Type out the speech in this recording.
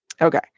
okay